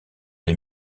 les